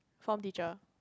form teacher